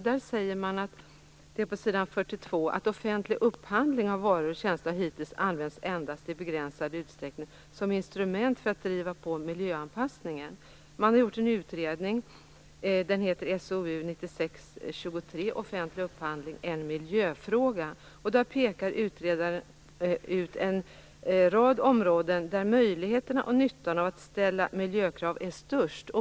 På s. 42 sägs det att offentlig upphandling av varor och tjänster hittills använts endast i begränsad utsträckning som instrument för att driva på miljöanpassningen. Man har gjort en utredning, SOU 1996:23 Offentlig upphandling - en miljöfråga. Utredaren pekar på en rad områden där möjligheterna och nyttan av att ställa miljökrav är störst.